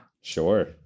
Sure